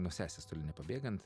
nuo sesės toli nepabėgant